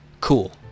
Cool